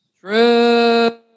True